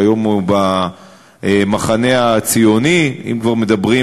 כיום הוא במחנה הציוני אם כבר מדברים,